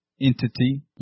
entity